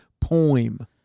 poem